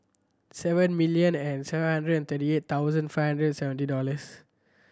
seven million and seven hundred and thirty eight thousand five hundred seventy dollars